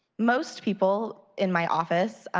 most people in my office,